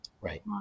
Right